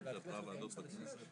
שינוי לרעה של מצ'ינג.